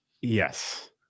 Yes